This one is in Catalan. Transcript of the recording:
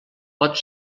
pot